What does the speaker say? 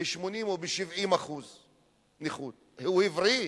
ב-80% או ב-70% נכות, הוא הבריא?